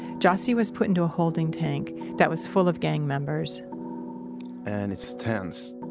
jassy was put into a holding tank that was full of gang members and it's tense.